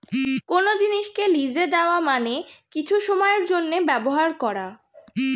কোন জিনিসকে লিজে দেওয়া মানে কিছু সময়ের জন্যে ব্যবহার করা